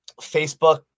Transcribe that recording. Facebook